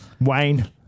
Wayne